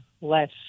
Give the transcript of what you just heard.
less